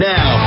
Now